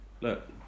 look